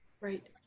Right